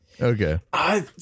Okay